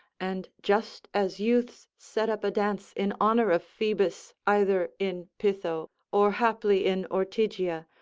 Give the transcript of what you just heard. and just as youths set up a dance in honour of phoebus either in pytho or haply in ortygia,